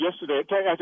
yesterday